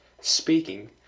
speaking